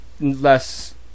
less